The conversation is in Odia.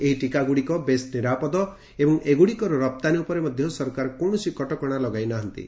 ଏହି ଟିକାଗୁଡିକ ବେଶ୍ ନିରାପଦ ଏବଂ ଏଗୁଡିକର ରପ୍ତାନୀ ଉପରେ ମଧ୍ଧ ସରକାର କୌଣସି କଟକଣା ଲଗାଇନାହାନ୍ତି